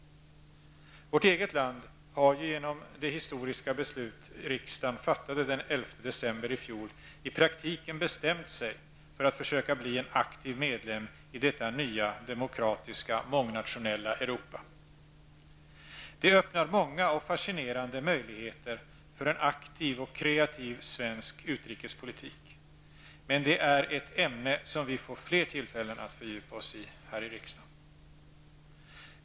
Vårt eget land har ju genom det historiska beslut riksdagen fattade den 11 december i fjol i praktiken bestämt sig för att försöka bli en aktiv medlem i detta nya demokratiska mångnationella Europa. Det öppnar många och fascinerande möjligheter för en aktiv och kreativ svensk utrikespolitik, men det är ett ämne som vi får fler tillfällen att fördjupa oss i här i riksdagen.